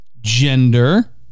gender